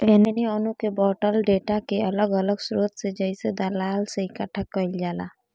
एने ओने के बॉटल डेटा के अलग अलग स्रोत से जइसे दलाल से इकठ्ठा कईल जाला